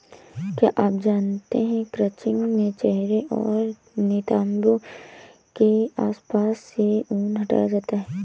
क्या आप जानते है क्रचिंग में चेहरे और नितंबो के आसपास से ऊन हटाया जाता है